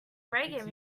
reggae